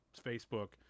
Facebook